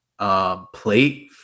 plate